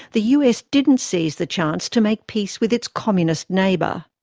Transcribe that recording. the us didn't seize the chance to make peace with its communist neighbour.